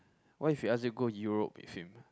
what if he ask you go Europe with him